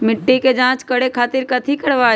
मिट्टी के जाँच करे खातिर कैथी करवाई?